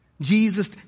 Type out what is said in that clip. Jesus